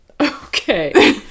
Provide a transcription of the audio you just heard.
Okay